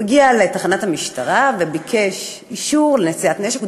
לתחנת המשטרה וביקש אישור לנשיאת נשק.